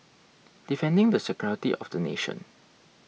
defending the security of the nation